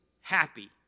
happy